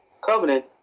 covenant